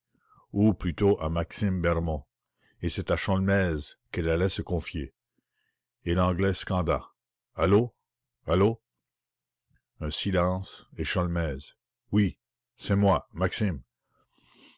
ou plutôt à maxime bermond et c'est à sholmès qu'elle allait se confier et l'anglais scanda allô allô un silence et sholmès oui c'est moi